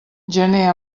gener